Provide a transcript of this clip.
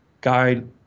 guide